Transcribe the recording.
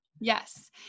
Yes